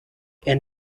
and